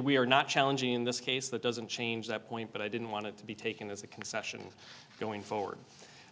we are not challenging in this case that doesn't change that point but i didn't want it to be taken as a concession going forward